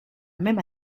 même